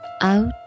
out